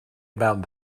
about